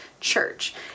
church